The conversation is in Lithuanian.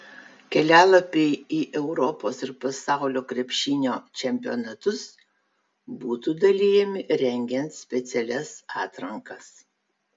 kelialapiai į europos ir pasaulio krepšinio čempionatus būtų dalijami rengiant specialias atrankas